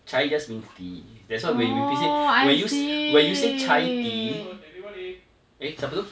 chai just means tea that's why when we play scene when you when you say chai tea eh siapa tu